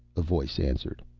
a voice answered.